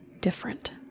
different